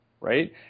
right